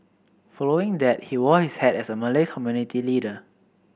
following that he wore his hat as a Malay community leader